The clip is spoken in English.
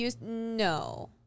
No